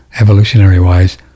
evolutionary-wise